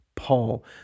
Paul